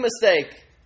mistake